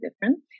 different